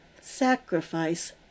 sacrifice